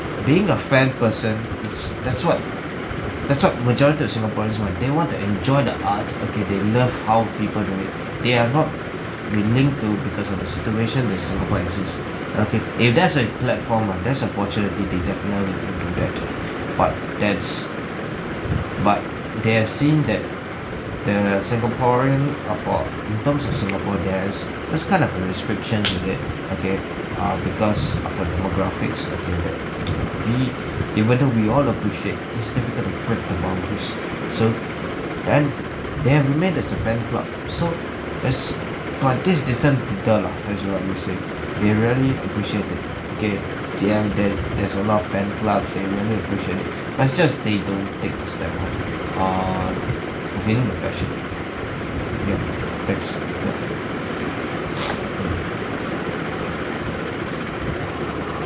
being a fan person that's what that's what majority of singaporeans want they want to enjoy the art okay they love how people do it they are not be linked to because the situation in singapore exists okay if there's a platform ah that the opportunity they could definitely do that but that's but there seem that the singaporean are for in terms of singapore there's there's kind of a restriction to it okay err because of uh demographics okay that we even though we all appreciate it's difficult to break the boundaries so then they have made this event club so there's but this doesn't deter lah as say they really appreciate it okay their there's there's a lot of fan clubs they manage to push on it but it's just they don't take the step err in fulfilling their passion ya that's all